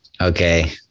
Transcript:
okay